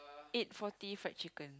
eight forty fried chicken